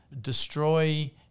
destroy